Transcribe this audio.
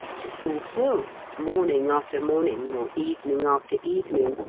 to fulfil, morning after morning, or evening after evening,